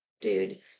dude